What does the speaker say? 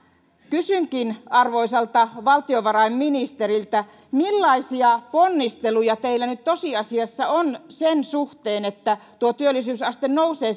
kysynkin arvoisalta valtiovarainministeriltä millaisia ponnisteluja teillä nyt tosiasiassa on sen suhteen että tuo työllisyysaste nousee